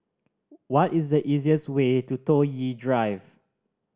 what is the easiest way to Toh Yi Drive